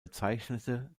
bezeichnete